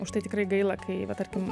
už tai tikrai gaila kai va tarkim